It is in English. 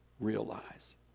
Realize